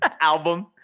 album